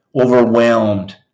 overwhelmed